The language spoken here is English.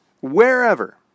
Wherever